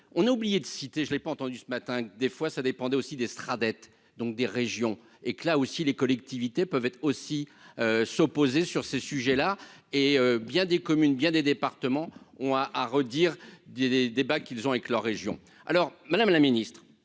on a oublié de citer, je l'ai pas entendu ce matin, des fois ça dépendait aussi d'estrade être donc des régions et que là aussi les collectivités peuvent être aussi s'opposer sur ce sujet-là, hé bien des communes bien des départements, on a à redire des des débats qu'ils ont avec la région, alors Madame la Ministre,